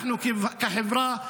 אנחנו כחברה,